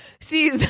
see